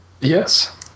Yes